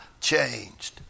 changed